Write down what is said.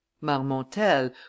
marmontel